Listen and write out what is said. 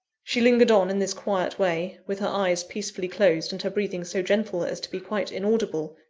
she lingered on in this quiet way, with her eyes peacefully closed, and her breathing so gentle as to be quite inaudible,